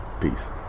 Peace